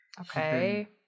Okay